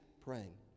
praying